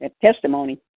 testimony